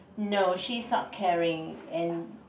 no she's not carrying and